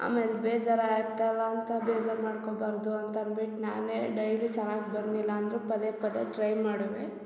ಆಮೇಲೆ ಬೇಜಾರು ಆಯಿತಲ್ಲ ಅಂತ ಬೇಜಾರು ಮಾಡ್ಕೊಬಾರದು ಅಂತ ಅಂದ್ಬಿಟ್ಟು ನಾನೇ ಡೈಲಿ ಚೆನ್ನಾಗಿ ಬಂದಿಲ್ಲ ಅಂದರೂ ಪದೇ ಪದೇ ಟ್ರೈ ಮಾಡುವೆ